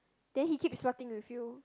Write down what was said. then he keeps flirting with you